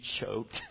choked